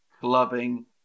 clubbing